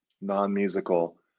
non-musical